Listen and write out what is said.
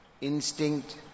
Instinct